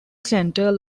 centre